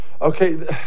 Okay